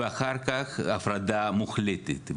ואחר כך הפרדה מוחלטת.